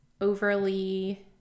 overly